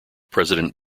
president